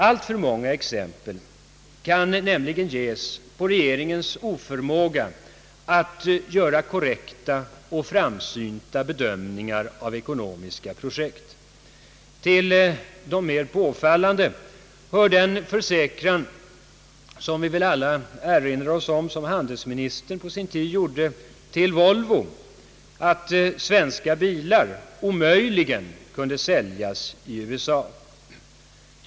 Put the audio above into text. Allt för många exempel kan nämligen ges på regeringens oförmåga att göra korrekta och framsynta bedömningar av ekonomiska projekt. Till de mer påfallande hör den försäkran som vi väl alla erinrar oss att handelsministern på sin tid gjorde till Volvo om att svenska bilar omöjligen kunde säljas i USA.